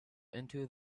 into